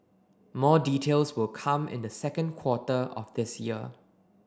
more details will come in the second quarter of this year